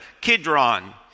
Kidron